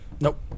nope